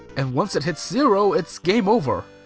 and once it hits zero, it's game over.